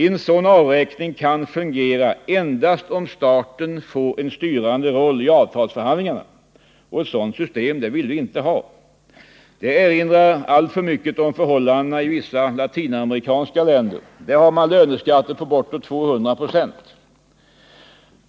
En sådan avräkning kan fungera endast om staten får en styrande roll i avtalsförhandlingarna, och ett sådant system vill vi inte ha. Det erinrar alltför mycket om förhållandena i vissa latinamerikanska länder, där man har löneskatter på bortåt 200 926.